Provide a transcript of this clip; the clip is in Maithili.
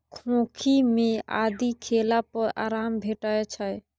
खोंखी मे आदि खेला पर आराम भेटै छै